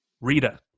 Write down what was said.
Rita